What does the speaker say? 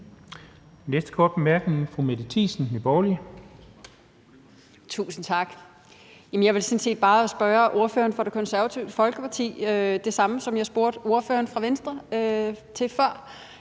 Nye Borgerlige. Kl. 12:05 Mette Thiesen (NB): Tusind tak. Jeg vil sådan set bare spørge ordføreren for Det Konservative Folkeparti om det samme, som jeg spurgte ordføreren fra Venstre om før,